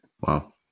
Wow